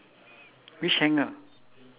ya ya correct yes yes correct